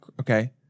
okay